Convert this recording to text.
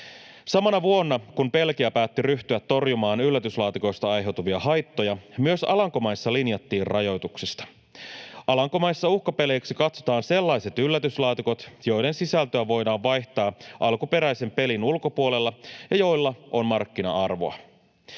Samana vuonna, kun Belgia päätti ryhtyä torjumaan yllätyslaatikoista aiheutuvia haittoja, myös Alankomaissa linjattiin rajoituksista. Alankomaissa uhkapeleiksi katsotaan sellaiset yllätyslaatikot, joiden sisältöä voidaan vaihtaa alkuperäisen pelin ulkopuolella ja joilla on markkina-arvoa.